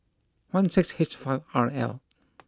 one six H five R L